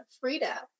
Frida